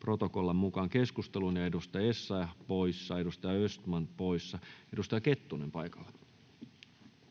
protokollan mukaan keskusteluun. — Edustaja Essayah poissa, edustaja Östman poissa. — Edustaja Kettunen paikalla.